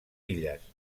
illes